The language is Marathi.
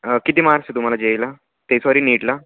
किती मार्क्स आहे तुम्हाला जे एला ते सॉरी नीटला